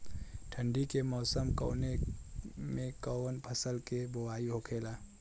ठंडी के मौसम कवने मेंकवन फसल के बोवाई होखेला?